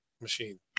machine